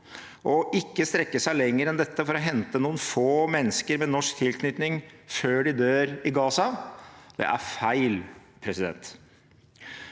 Ikke å strekke seg lenger enn dette for å hente noen få mennesker med norsk tilknytning før de dør i Gaza, er feil.